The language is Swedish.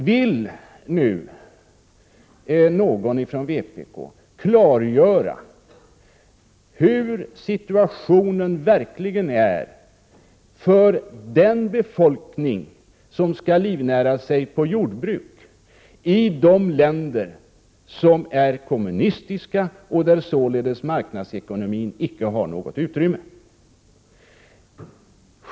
Vill någon från vpk klargöra hur situationen verkligen är för den befolkning som skall livnära sig på jordbruk i de länder som är kommunistiska och där således marknadsekonomin icke har något utrymme?